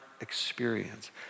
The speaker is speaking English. experience